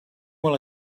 will